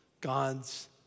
God's